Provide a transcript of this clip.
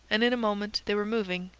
and in a moment they were moving,